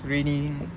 screening